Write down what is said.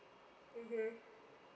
mmhmm